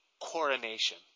coronation